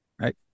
Right